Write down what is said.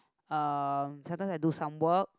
uh sometimes I do some work